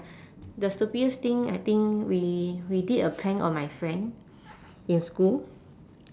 the stupidest thing I think we we did a prank on my friend in school